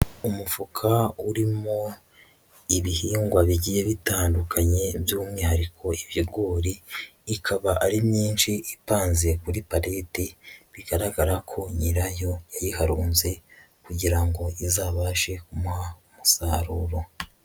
Umufuka urimo ibihingwa bigiye bitandukanye, by'umwihariko ibigori, ikaba ari myinshi ipanze kuri parete, bigaragara ko nyirayo yayiharunze, kugira ngo izabashe kumuha, umusaruro.